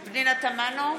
תמנו,